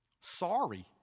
sorry